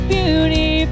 beauty